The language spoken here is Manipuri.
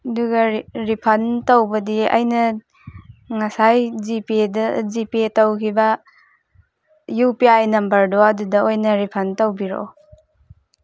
ꯑꯗꯨꯒ ꯔꯤꯐꯟ ꯇꯧꯕꯗꯤ ꯑꯩꯅ ꯉꯁꯥꯏ ꯖꯤꯄꯦꯗ ꯖꯤꯄꯦ ꯇꯧꯈꯤꯕ ꯌꯨ ꯄꯤ ꯑꯥꯏ ꯅꯝꯕꯔꯗꯣ ꯑꯗꯨꯗ ꯑꯣꯏꯅ ꯔꯤꯐꯟ ꯇꯧꯕꯤꯔꯛꯑꯣ